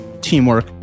teamwork